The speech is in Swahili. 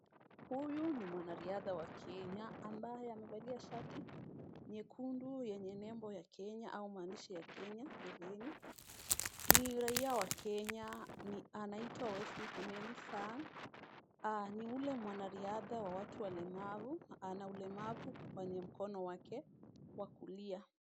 Huyu ni mwanariadha wa Kenya, ambaye amevalia shati nyekundu yenye nembo ya Kenya au maandishi ya Kenya mbeleni. Ni mraia wa Kenya, anaitwa Wesley Kimeli Sang. Ni yule mwanariadha wa watu walemavu, ana ulemavu kwenye mkono wake wa kulia.